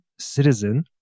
Citizen